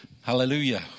hallelujah